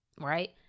Right